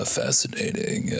fascinating